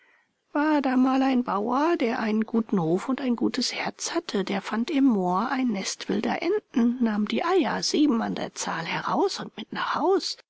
war da mal ein bauer der einen guten hof und ein gutes herz hatte der fand im moor ein nest wilder enten nahm die eier sieben an der zahl heraus und mit nach haus